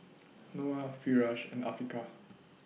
Noah Firash and Afiqah